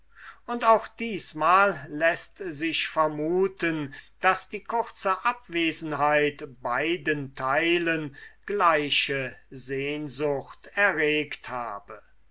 und auch diesmal läßt sich vermuten daß die kurze abwesenheit beiden teilen gleiche sehnsucht erregt habe